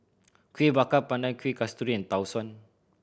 Kueh Bakar Pandan Kuih Kasturi and Tau Suan